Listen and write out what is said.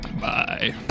bye